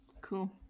Cool